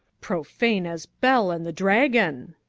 profane as bel and the dragon.